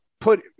put